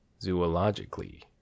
Zoologically